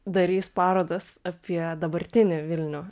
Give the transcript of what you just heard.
darys parodas apie dabartinį vilnių